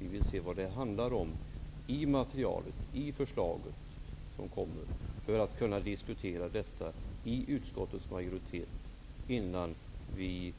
Vi vill se vad det handlar om i det material och det förslag som kommer, för att kunna diskutera detta i utskottet innan vi